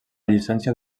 llicència